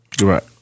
Right